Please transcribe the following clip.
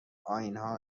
آئینها